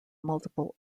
multiple